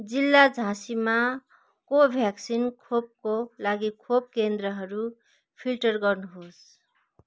जिल्ला झाँसीमा कोभ्याक्सिन खोपको लागि खोप केन्द्रहरू फिल्टर गर्नुहोस्